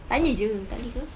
tanya jer tak boleh ke